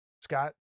Scott